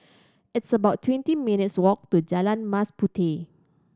it's about twenty minutes' walk to Jalan Mas Puteh